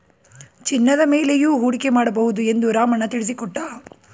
ಚಿನ್ನದ ಮೇಲೆಯೂ ಹೂಡಿಕೆ ಮಾಡಬಹುದು ಎಂದು ರಾಮಣ್ಣ ತಿಳಿಸಿಕೊಟ್ಟ